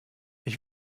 ich